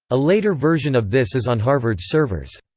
a later version of this is on harvard's servers.